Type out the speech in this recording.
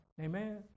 Amen